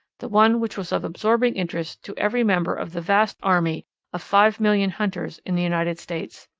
the one which was of absorbing interest to every member of the vast army of five million hunters in the united states.